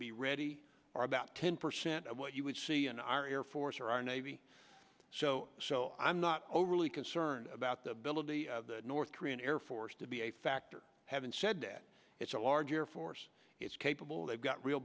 be ready are about ten percent of what you would see in our air force or our navy so i'm not overly concerned about the ability of the north korean air force to be a factor having said that it's a large air force it's capable they've got real